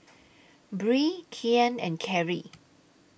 Bree Kian and Kerry